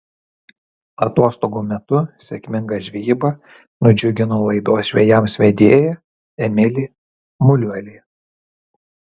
atostogų metu sėkminga žvejyba nudžiugino laidos žvejams vedėją emilį muliuolį